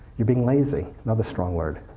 you're being lazy. another strong word.